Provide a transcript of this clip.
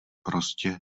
prostě